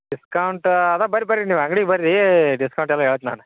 discount ಅದ ಬರಿ ಬರ್ರೀ ನೀವು ಅಂಗ್ಡಿಗೆ ಬರ್ರೀ ಡಿಸ್ಕೌಂಟ್ ಎಲ್ಲ ಹೇಳ್ತ ನಾನು